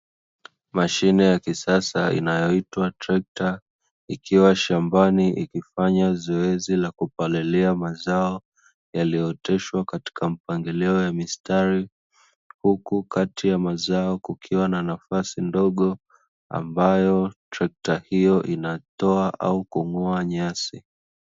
Mashine ya kisasa inayoitwa trekta, ikiwa shambani ikifanya zoezi la kupalilia mazao yaliyooteshwa katika mpangilio ya mistari. Huku kati ya mazao kukiwa na nafasi ndogo ambayo trekta hiyo inatoa au kung'oa nyasi.